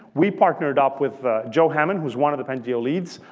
we partnered up with joe hamman who was one of the pangeo leaders.